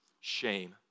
shame